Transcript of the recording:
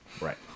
Right